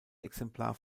exemplar